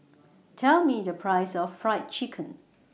Tell Me The Price of Fried Chicken